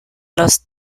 los